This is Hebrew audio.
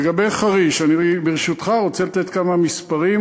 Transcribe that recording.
לגבי חריש, ברשותך, אני רוצה לתת כמה מספרים.